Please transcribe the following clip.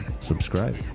subscribe